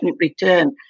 return